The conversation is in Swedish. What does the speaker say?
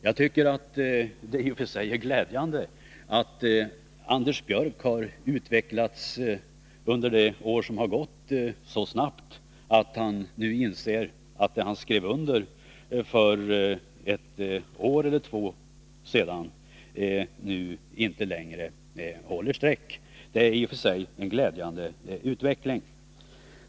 Jag tycker att det i och för sig är glädjande att Anders Björck under det år som har gått har utvecklats så snabbt att han nu inser att det han skrev under för ett år sedan eller två inte längre håller streck. Detta är i och för sig en glädjande utveckling.